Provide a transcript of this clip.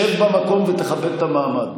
שב במקום ותכבד את המעמד.